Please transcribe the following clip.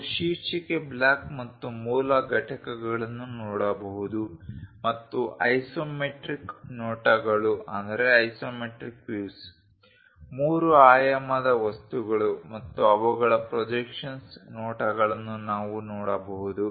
ನಾವು ಶೀರ್ಷಿಕೆ ಬ್ಲಾಕ್ ಮತ್ತು ಮೂಲ ಘಟಕಗಳನ್ನು ನೋಡಬಹುದು ಮತ್ತು ಐಸೊಮೆಟ್ರಿಕ್ ನೋಟಗಳು ಮೂರು ಆಯಾಮದ ವಸ್ತುಗಳು ಮತ್ತು ಅವುಗಳ ಪ್ರೊಜೆಕ್ಷನ್ಸ್ ನೋಟಗಳನ್ನು ನಾವು ನೋಡಬಹುದು